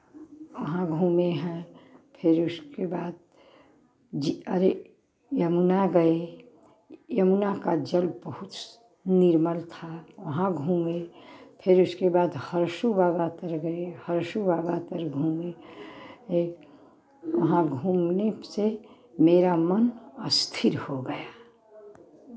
वहाँ घूमे हैं फिर उसके बाद अरे यमुना गए यमुना का जल बहुत निर्मल था वहाँ घूमे फिर उसके बाद हर्षू बाबा तर गए हर्षू बाबा तर घूमे एक वहाँ घूमने से मेरा मन स्थिर हो गया